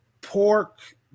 pork